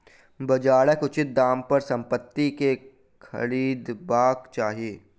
बजारक उचित दाम पर संपत्ति के खरीदबाक चाही